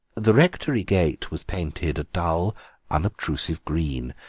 the rectory gate was painted a dull unobtrusive green,